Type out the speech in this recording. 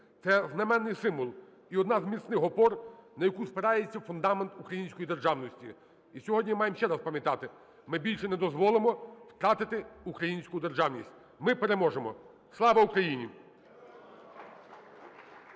це знаменний символ і одна з міцних опор, на яку спирається фундамент української державності. І сьогодні маємо ще раз пам'ятати: ми більше не дозволимо втратити українську державність! Ми переможемо! Слава Україні!